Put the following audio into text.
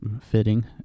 fitting